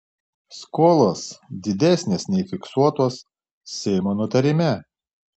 skolos didesnės nei fiksuotos seimo nutarime